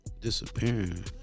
Disappearing